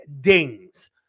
dings